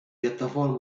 piattaforma